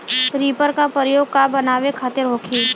Reaper का प्रयोग का बनावे खातिन होखि?